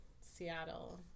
Seattle